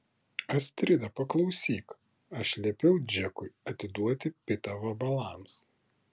astrida paklausyk aš liepiau džekui atiduoti pitą vabalams